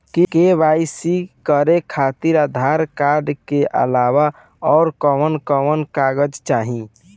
KYC करे खातिर Aadhaar card के अलावा आउरकवन कवन कागज चाहीं?